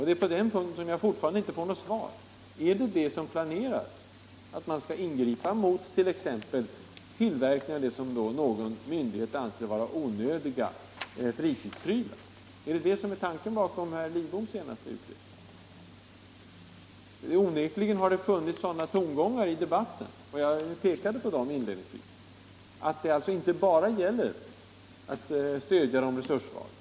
Det är på den punkten jag fortfarande inte får något svar. Är det det som planeras — att man skall ingripa mot exempelvis tillverkning av det som någon myndighet anser vara onödiga fritidsprylar? Är det tanken bakom herr Lidboms senaste utspel? Onekligen har det funnits sådana tongångar i debatten — jag pekade på dem inledningsvis — som tyder på att det inte bara gäller att stödja de resurssvaga.